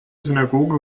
synagoge